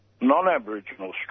non-Aboriginal